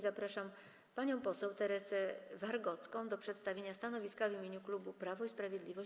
Zapraszam panią poseł Teresę Wargocką do przedstawienia stanowiska w imieniu klubu Prawo i Sprawiedliwość.